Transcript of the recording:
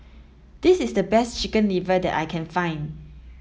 this is the best chicken liver that I can find